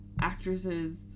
actresses